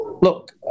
Look